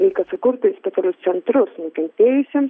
reikia sukurti speialius centrus nukentėjusiems